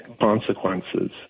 consequences